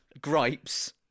Gripes